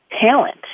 talent